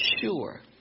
sure